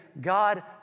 God